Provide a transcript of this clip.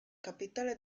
capitale